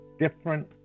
different